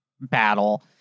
battle